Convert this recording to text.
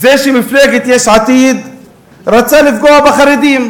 שמפלגת יש עתיד רצתה לפגוע בחרדים,